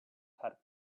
had